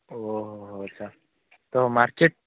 ଓହୋ ଆଚ୍ଛା ତ ମାର୍କେଟ୍